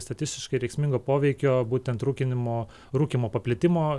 statistiškai veiksmingo poveikio būtent rūkinimo rūkymo paplitimo